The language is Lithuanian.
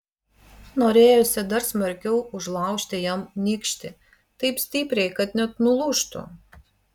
norėjosi dar smarkiau užlaužti jam nykštį taip stipriai kad net nulūžtų